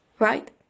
right